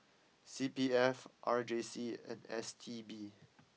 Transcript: C P F R J C and S T B